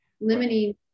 limiting